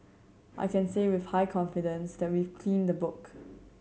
I can say with high confidence that we've cleaned the book